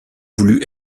voulu